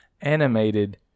animated